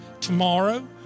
Tomorrow